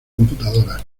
computadoras